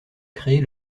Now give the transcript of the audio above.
créer